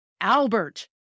Albert